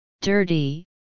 dirty